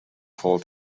fall